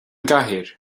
gcathaoir